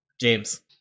James